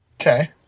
okay